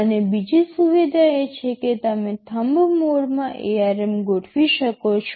અને બીજી સુવિધા એ છે કે તમે થમ્બ મોડમાં ARM ગોઠવી શકો છો